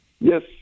Yes